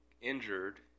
injured